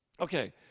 Okay